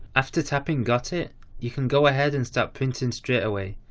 after tapping got it you can go ahead and start printing straight away,